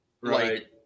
right